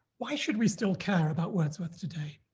why should we still care about wordsworth today